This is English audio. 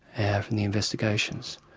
yeah from the investigations.